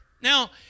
Now